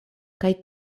kaj